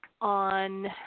on